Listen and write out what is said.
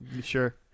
Sure